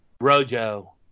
Rojo